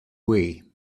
way